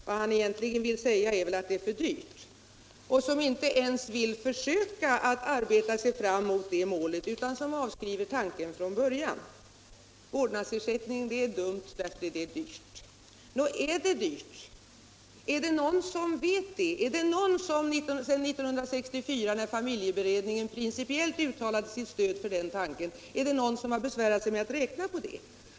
Vad han egentligen ville säga är att det är för dyrt. Han vill inte ens försöka arbeta sig fram mot ett sådant mål utan avskriver tanken från början. Vårdnadsersättning är dumt därför att det är dyrt. Är det dyrt? Är det någon som vet det? Är det någon som sedan 1964, när familjeberedningen principiellt uttalade sitt stöd för tanken, har besvärat sig med att räkna på det?